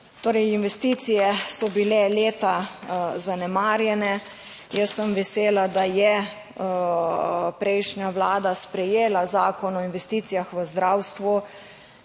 Torej investicije so bile leta zanemarjene. Jaz sem vesela, da je prejšnja vlada sprejela Zakon o investicijah v zdravstvu,